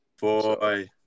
Boy